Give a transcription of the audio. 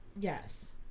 Yes